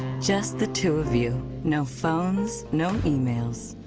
just the two of you. no phones, no emails.